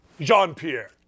Jean-Pierre